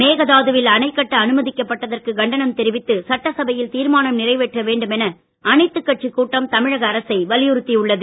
மேகதாதுவில் அணைகட்ட அனுமதிக்கப்பட்டதற்கு கண்டனம் தெரிவித்து சட்டசபையில் தீர்மானம் நிறைவேற்ற வேண்டும் என அனைத்து கட்சி கூட்டம் தமிழக அரசை வலியுறுத்தி உள்ளது